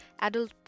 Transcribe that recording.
adult